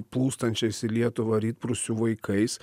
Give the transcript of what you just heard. plūstančiais į lietuvą rytprūsių vaikais